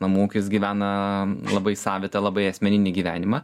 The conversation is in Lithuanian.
namų ūkis gyvena labai savitą labai asmeninį gyvenimą